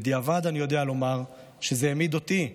בדיעבד אני יודע לומר שזה העמיד אותי,